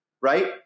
right